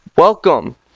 welcome